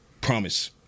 promise